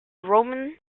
roman